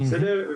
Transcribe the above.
בסדר?